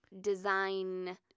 design